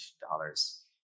dollars